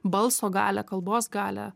balso galią kalbos galią